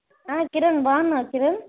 కిరణ్ బాగున్నావా కిరణ్